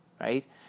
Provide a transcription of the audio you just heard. right